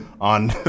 on